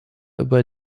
über